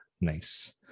Nice